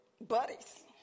buddies